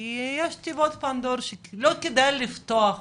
כי יש תיבות פנדורה שלא כדאי לפתוח אותם.